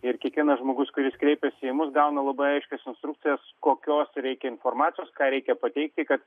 ir kiekvienas žmogus kuris kreipiasi į mus gauna labai aiškias instrukcijas kokios reikia informacijos ką reikia pateikti kad